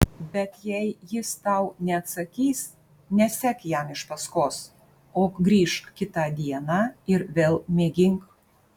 bet jei jis tau neatsakys nesek jam iš paskos o grįžk kitą dieną ir vėl mėgink